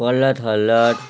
Prahlad Haldar